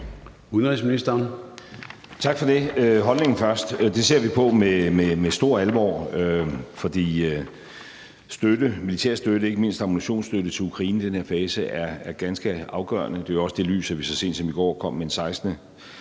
det. Holdningen vil jeg komme med først: Det ser vi på med stor alvor, fordi militær støtte, ikke mindst ammunitionsstøtte, til Ukraine i den her fase er ganske afgørende. Det er jo også i det lys, at vi så sent som i går kom med en 16.